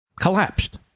Collapsed